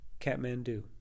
Kathmandu